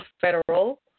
federal